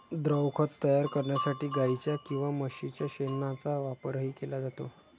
द्रवखत तयार करण्यासाठी गाईच्या किंवा म्हशीच्या शेणाचा वापरही केला जातो